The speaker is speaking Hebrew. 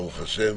ברוך השם,